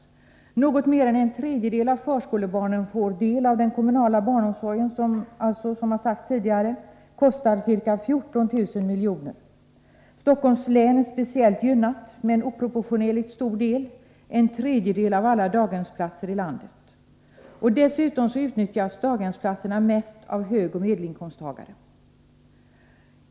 Något mer än en tredjedel av förskolebarnen får del av den kommunala barnomsorgen, som alltså kostar ca 14000 miljoner. Stockholms län är speciellt gynnat med en oproportionerligt stor del — en tredjedel av alla daghemsplatser i landet. Dessutom utnyttjas daghemsplatserna mest av högoch medelinkomsttagare.